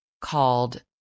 called